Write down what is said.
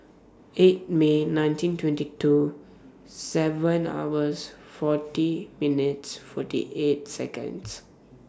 eight May nineteen twenty two seven hours forty minutes forty eight Seconds